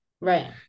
Right